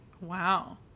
Wow